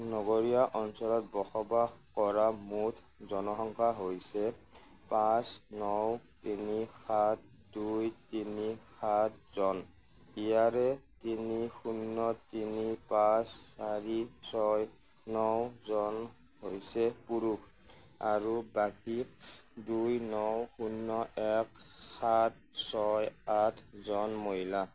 নগৰীয়া অঞ্চলত বসবাস কৰা মুঠ জনসংখ্যা হৈছে পাঁচ ন তিনি সাত দুই তিনি সাতজন ইয়াৰে তিনি শূন্য তিনি পাঁচ চাৰি ছয় নজন হৈছে পুৰুষ আৰু বাকী দুই ন শূন্য এক সাত ছয় আঠজন মহিলা